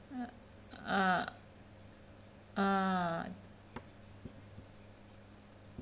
ah ah